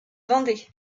vendée